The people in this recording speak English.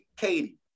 Katie